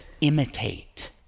imitate